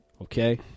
Okay